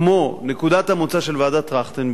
כמו נקודת המוצא של ועדת-טרכטנברג,